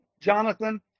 Jonathan